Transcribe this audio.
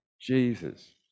Jesus